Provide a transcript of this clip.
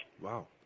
Wow